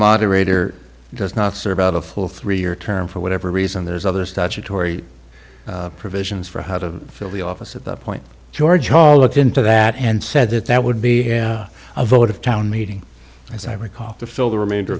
moderator does not serve out a full three year term for whatever reason there's other stuff to tory provisions for how to fill the office at the point george hall looked into that and said that that would be a vote of town meeting as i recall to fill the remainder